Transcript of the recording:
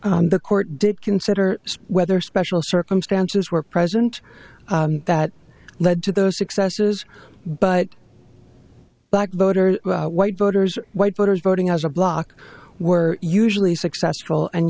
on the court did consider whether special circumstances were present that led to those successes but black voters white voters white voters voting as a bloc were usually successful and